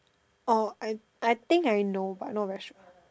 oh I I think I know but not very sure